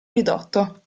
ridotto